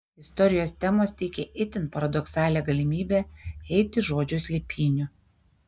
istorijos temos teikė itin paradoksalią galimybę eiti žodžio slėpynių